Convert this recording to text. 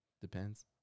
Depends